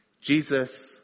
Jesus